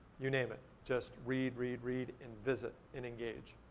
you name it. just read, read, read and visit and engage.